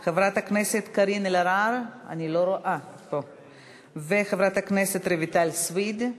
של חברת הכנסת קארין אלהרר וחברת הכנסת רויטל סויד.